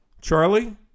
Charlie